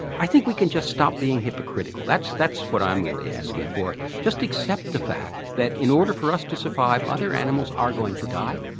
i think we can just stop being hypocritical, that's that's what i'm really asking for just accept the fact that in order for us to survive, other animals are going to die.